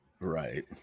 Right